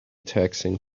taxing